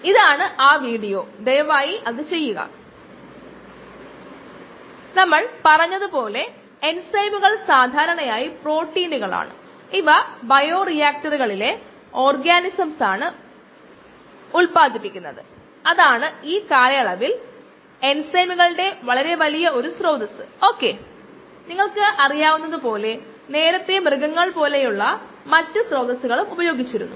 ഇതാണ് നമ്മൾ ഇപ്പോൾ സൂചിപ്പിച്ചത് ഇത് ആവർത്തിക്കുന്നത് നല്ലതാണ്